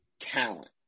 talent